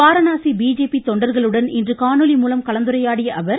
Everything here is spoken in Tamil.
வாரணாசி பிஜேபி தொண்டர்களுடன் இன்று காணொலி மூலம் கலந்துரையாடிய அவர்